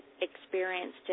experienced